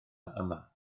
yma